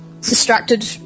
Distracted